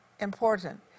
important